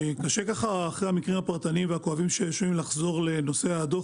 קשה אחרי המקרים הפרטניים והכואבים ששומעים לחזור לנושא הדוח